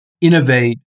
innovate